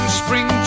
spring